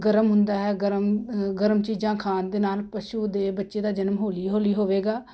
ਗਰਮ ਹੁੰਦਾ ਹੈ ਗਰਮ ਗਰਮ ਚੀਜ਼ਾਂ ਖਾਣ ਦੇ ਨਾਲ ਪਸ਼ੂ ਦੇ ਬੱਚੇ ਦਾ ਜਨਮ ਹੌਲੀ ਹੌਲੀ ਹੋਵੇਗਾ